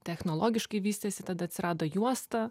technologiškai vystėsi tada atsirado juosta